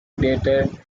dated